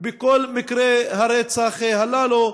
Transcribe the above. בכל מקרי הרצח הללו.